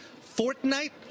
fortnight